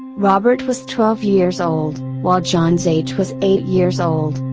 robert was twelve years old, while john's age was eight years old.